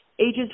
ages